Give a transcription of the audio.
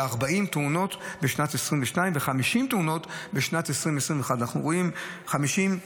40 תאונות בשנת 2022 ו-50 תאונות בשנת 2021. אנחנו רואים 50,